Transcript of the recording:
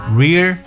rear